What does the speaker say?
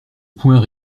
point